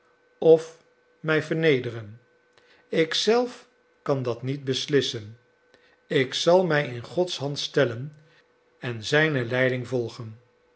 breken of mij vernederen ik zelf kan dat niet beslissen ik zal mij in gods hand stellen en zijne leiding volgen